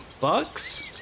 Bucks